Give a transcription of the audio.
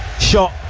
shot